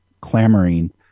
clamoring